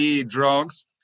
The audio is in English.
drugs